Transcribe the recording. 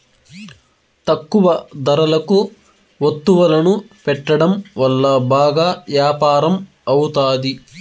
తక్కువ ధరలకు వత్తువులను పెట్టడం వల్ల బాగా యాపారం అవుతాది